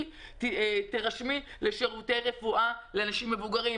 תירשמי לשירותי רפואה לאנשים מבוגרים,